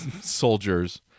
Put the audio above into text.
soldiers